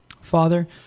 Father